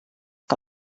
que